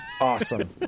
Awesome